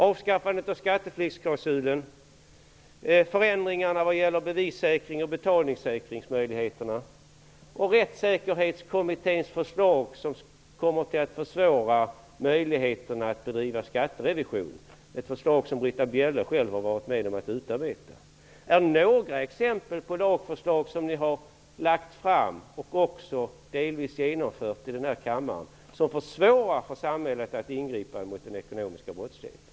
Avskaffandet av skatteflyktsklausulen, förändringarna i bevissäkrings och betalningssäkringsmöjligheterna samt Rättssäkerhetskommitténs förslag, som minskar möjligheterna att bedriva skatterevision -- ett förslag som Britta Bjelle själv har varit med om att utarbeta -- är några exempel på förslag som ni har lagt fram i denna kammare och även delvis genomfört. De försvårar för samhället att ingripa mot den ekonomiska brottsligheten.